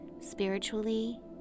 spiritually